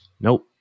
nope